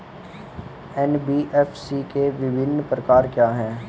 NBFC के विभिन्न प्रकार क्या हैं?